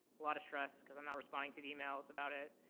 lot of stress, cause i'm not responding to the emails about it,